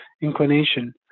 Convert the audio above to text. inclination